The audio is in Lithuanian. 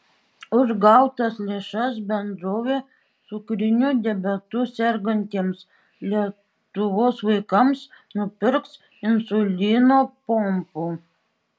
už gautas lėšas bendrovė cukriniu diabetu sergantiems lietuvos vaikams nupirks insulino pompų